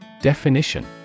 Definition